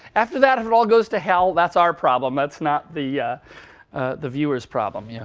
after that, if it all goes to hell, that's our problem. that's not the yeah the viewer's problem. yeah